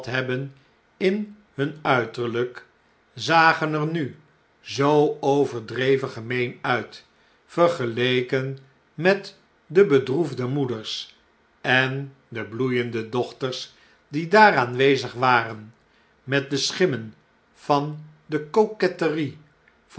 hebben in hun uiterlh'k zagen er nu zoo overdreven gemeen uit vergeleken met de bedroefde moeders en de bloeiende dochters die daar aanwezig waren met de schimmen van de